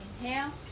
inhale